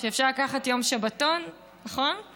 שאפשר לקחת יום שבתון לנוח.